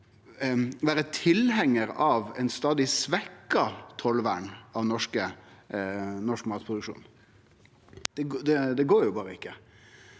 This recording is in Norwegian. vere tilhengjar av eit stadig svekt tollvern av norsk matproduksjon. Det går berre ikkje.